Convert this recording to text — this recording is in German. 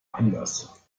anders